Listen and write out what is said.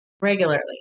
regularly